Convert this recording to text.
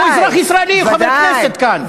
הוא אזרח ישראלי, הוא חבר כנסת כאן.